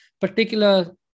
particular